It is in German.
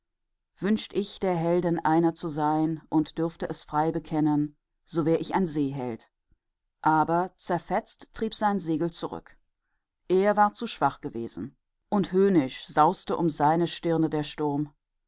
wünscht ich der helden einer zu sein und dürfte es frei bekennen so wär ich ein seeheld aber zerfetzt trieb sein segel zurück er war zu schwach gewesen und höhnisch sauste um seine stirne der sturm